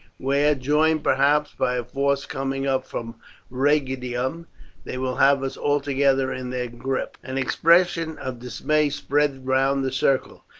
where, joined perhaps by a force coming up from rhegium, they will have us altogether in their grip. an expression of dismay spread round the circle.